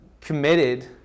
committed